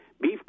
beef